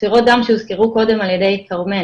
ספירות דם שהוזכרו קודם על ידי כרמל.